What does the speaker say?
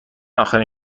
آخرین